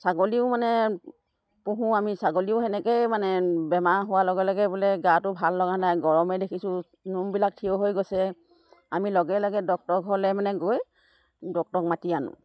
ছাগলীও মানে পোহোঁ আমি ছাগলীও সেনেকৈয়ে মানে বেমাৰ হোৱাৰ লগে লগে বোলে গাটো ভাল লগা নাই গৰমে দেখিছোঁ নোমবিলাক থিয় হৈ গৈছে আমি লগে লগে ডক্তৰৰ ঘৰলৈ মানে গৈ ডক্তৰক মাতি আনোঁ